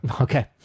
Okay